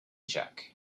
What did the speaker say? jack